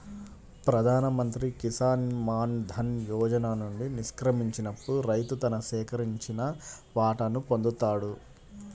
ప్రధాన్ మంత్రి కిసాన్ మాన్ ధన్ యోజన నుండి నిష్క్రమించినప్పుడు రైతు తన సేకరించిన వాటాను పొందుతాడు